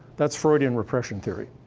that's freudian repression theory.